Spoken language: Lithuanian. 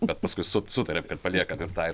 bet paskui sut sutarėm kad paliekam ir tą ir